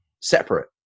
separate